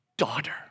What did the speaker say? daughter